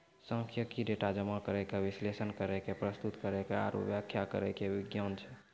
सांख्यिकी, डेटा जमा करै के, विश्लेषण करै के, प्रस्तुत करै के आरु व्याख्या करै के विज्ञान छै